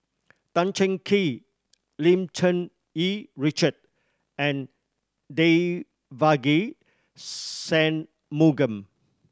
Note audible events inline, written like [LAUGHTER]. Tan Cheng Kee Lim Cherng Yih Richard and Devagi [UNINTELLIGIBLE] Sanmugam